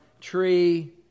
tree